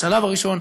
השלב הראשון,